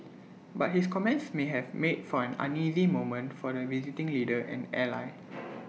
but his comments may have made for an uneasy moment for the visiting leader and ally